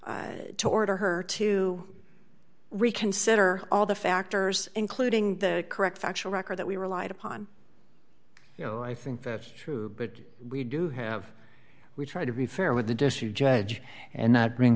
court to order her to reconsider all the factors including the correct factual record that we relied upon you know i think that's true but we do have we try to be fair with the district judge and not bring